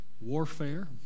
warfare